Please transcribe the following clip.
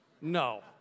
No